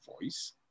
voice